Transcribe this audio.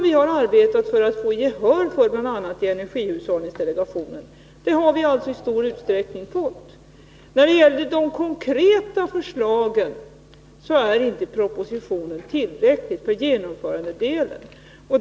Vi har arbetat för att få gehör för dem bl.a. i energihushållningsdelegationen, och det har vi alltså fått i stor utsträckning. När det gäller de konkreta förslagen är inte propositionen tillräcklig i fråga om genomförandedelen.